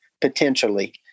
potentially